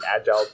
agile